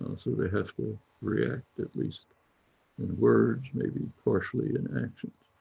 so they have to react at least in words, maybe partially in action.